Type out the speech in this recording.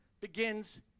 begins